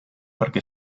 perquè